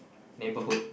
neighborhood